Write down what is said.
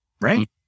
right